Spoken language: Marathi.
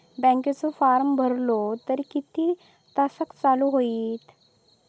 बँकेचो फार्म भरलो तर किती तासाक चालू होईत?